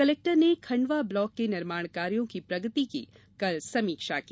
collector ने Khandwa block के निर्माण कार्यो की प्रगति की समीक्षा की